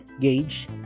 gauge